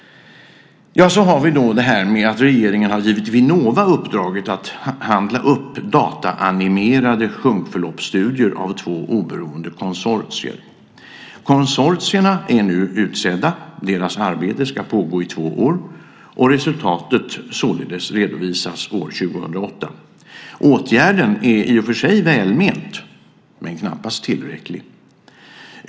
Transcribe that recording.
Ja, så har vi då detta med att regeringen har givit Vinnova uppdraget att handla upp dataanimerade sjunkförloppsstudier av två oberoende konsortier. Konsortierna är nu utsedda. Deras arbete ska pågå i två år och resultatet således redovisas år 2008. Åtgärden är i och för sig välment men knappast tillräcklig.